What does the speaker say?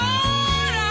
Lord